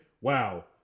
Wow